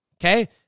okay